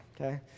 okay